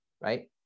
Right